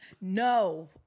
No